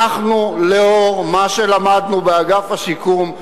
לאור מה שלמדנו באגף השיקום,